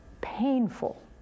painful